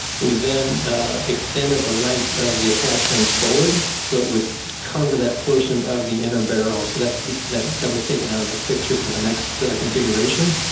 we then extended the length of the attach ring forward so it would cover that portion of the inner barrel, so that that was taken out of the picture for the next configuration.